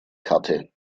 karte